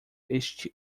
este